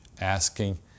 asking